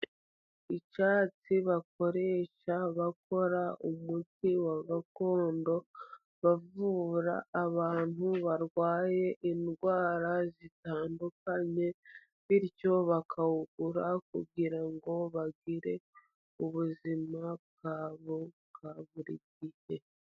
Icyatsi bakoresha bakora umuti wa gakondo, bavu abantu barwaye indwara zitandukanye. Bityo bakawugura kugira ngo bagire ubuzima bwabo bwa buri gihe.